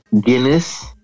Guinness